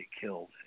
killed